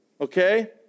okay